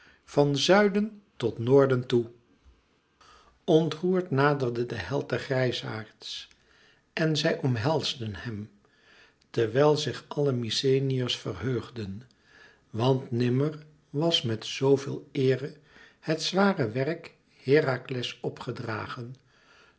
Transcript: van zuiden tot noorden toe ontroerd naderde de held de grijsaards en zij omhelsden hem terwijl zich alle mykenæërs verheugden want nimmer was met zoo veel eere het zware werk herakles opgedragen